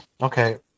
Okay